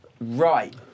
Right